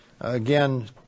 Again